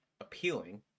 appealing